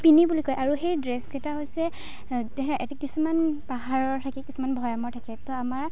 পিনি বুলি কয় আৰু সেই ড্ৰেছকেইটা হৈছে কিছুমান পাহাৰৰ থাকে কিছুমান ভৈয়ামৰ থাকে ত' আমাৰ